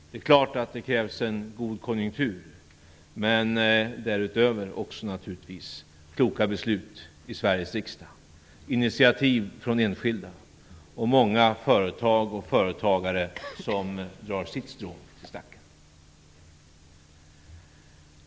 Det är klart att det krävs en god konjunktur, men därutöver naturligtvis kloka beslut i Sveriges riksdag, initiativ från enskilda och många företag och företagare som drar sitt strå till stacken.